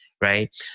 Right